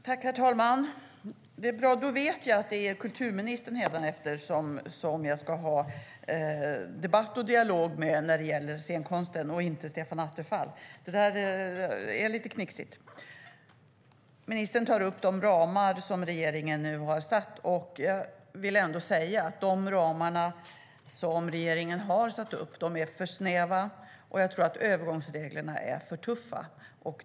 Herr talman! Det är bra - då vet jag att det hädanefter är kulturministern som jag ska ha debatt och dialog med när det gäller scenkonsten, och inte Stefan Attefall. Det där är lite knixigt. Ministern tar upp de ramar som regeringen nu har satt, och jag vill säga att de ramarna är för snäva och att övergångsreglerna är för tuffa.